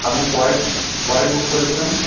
আপনি পরে পরে বুক করে দিবেন